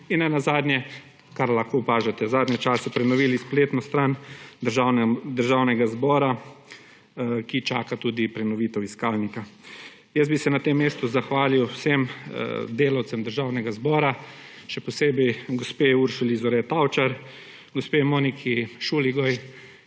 In nenazadnje, kar lahko opažate zadnje čase, prenovili smo spletno stran Državnega zbora, ki čaka tudi prenovitev iskalnika. Jaz bi se na tem zahvalil vsem delavcem Državnega zbora, še posebej gospe Uršuli Zore Tavčar, gospe Moniki Šuligoj,